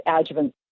adjuvant